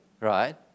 Right